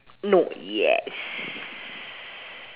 no yes